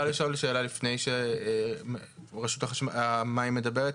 אפשר לשאול שאלה לפני שרשות המים מדברת?